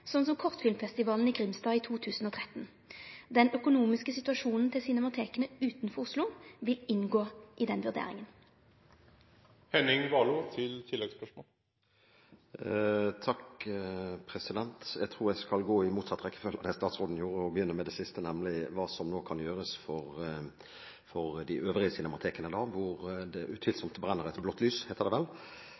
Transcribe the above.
som Kortfilmfestivalen i Grimstad i 2013. Den økonomiske situasjonen til cinemateka utanfor Oslo vil inngå i denne vurderinga. Jeg tror jeg skal gå i motsatt rekkefølge av det statsråden gjorde, og begynne med det siste, nemlig hva som nå kan gjøres for de øvrige cinematekene. Det brenner utvilsomt et blått lys, heter det vel,